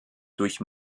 durch